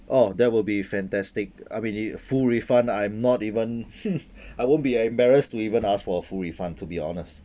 oh that will be fantastic I mean if full refund I'm not even I won't be embarrassed to even ask for a full refund to be honest